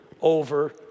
over